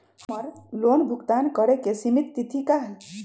हमर लोन भुगतान करे के सिमित तिथि का हई?